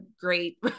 great